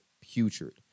putrid